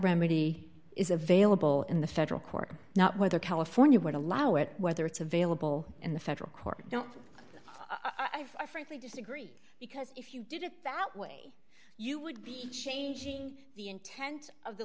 remedy is available in the federal court not whether california would allow it whether it's available in the federal court don't i frankly disagree because if you did it that way you would be changing the intent of the